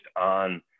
on